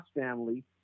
family